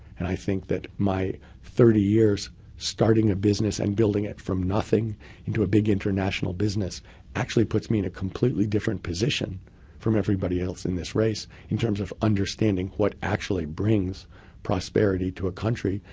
and i think that my thirty years starting a business and building it from nothing into a big international business actually puts me in a completely different position from everybody else in this race in terms of understanding what actually brings prosperity to a country.